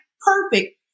perfect